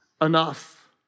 enough